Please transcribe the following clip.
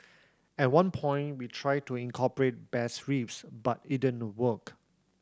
at one point we tried to incorporate bass riffs but it didn't work